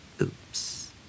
Oops